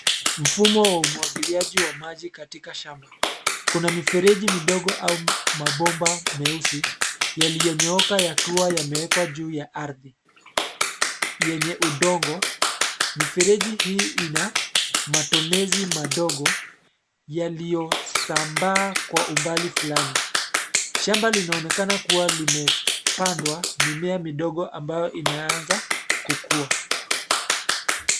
Mfumo wa umwagiliaji wa maji katika shamba. Kuna mifereji midogo au mabomba meusi yaliyonyooka yakiwa yameekwa juu ya ardhi yenye udongo. Mifereji hii ina matonezi madogo yaliyosambaa kwa umbali flani. Shamba linaonekana kuwa limepandwa mimea midogo ambayo inaanza kukua.